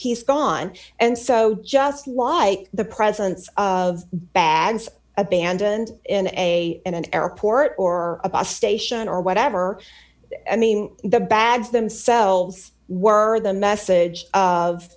he's gone and so just why the presence of bags abandoned in a in an airport or a bus station or whatever i mean the bags them so were the message of